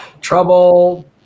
Trouble